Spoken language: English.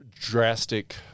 drastic